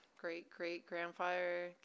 great-great-grandfather